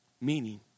Meaning